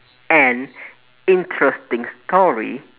an interesting story